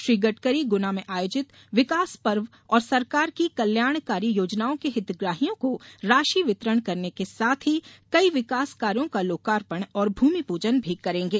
श्री गडकरी गुना में आयोजित विकास पर्व और सरकार की कल्याणकारी योजनाओं के हितग्राहियों को राशि वितरण करने के साथ ही कई विकासकार्यों का लोकार्पण और भूमिपूजन भी करेंगे